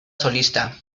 solista